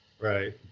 Right